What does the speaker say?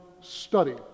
study